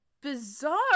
bizarre